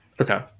Okay